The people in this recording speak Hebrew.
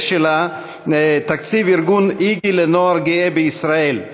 שלה הוא: תקציב ארגון "איגי" לנוער גאה בישראל.